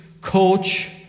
coach